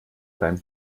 beim